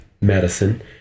medicine